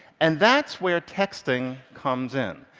and that's where texting comes in.